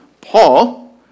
Paul